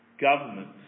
Governments